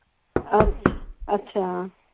ਅੱਛ ਅੱਛਾ